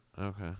Okay